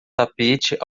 tapete